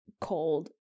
cold